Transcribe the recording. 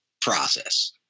process